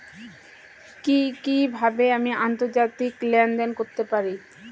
কি কিভাবে আমি আন্তর্জাতিক লেনদেন করতে পারি?